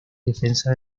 defensa